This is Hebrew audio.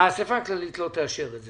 האסיפה הכללית לא תאשר את זה,